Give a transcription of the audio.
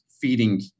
feeding